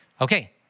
Okay